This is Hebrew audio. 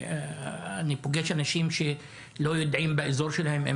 אני פוגש אנשים שלא יודעים באזור שלהם אם